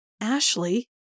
Ashley